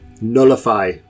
nullify